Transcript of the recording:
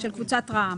של קבוצת רע"מ.